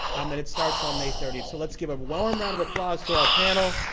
um and it starts on may thirtieth. so let's give a warm round of applause to our panel.